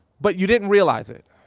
but you didn't realize it,